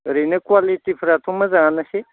ओरैनो कुवालिटिफोराथ' मोजाङानोसै